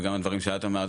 וגם הדברים שאת אמרת,